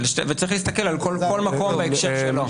צריך להסתכל על כל מקום בהקשר שלו.